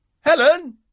Helen